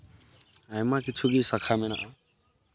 ᱟᱭᱢᱟ ᱠᱤᱪᱷᱩ ᱜᱮ ᱥᱟᱠᱷᱟ ᱢᱮᱱᱟᱜᱼᱟ